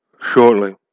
shortly